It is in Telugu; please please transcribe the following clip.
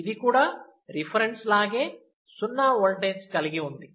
ఇది కూడా రిఫరెన్స్ లాగే సున్నా ఓల్టేజ్ కలిగి ఉంది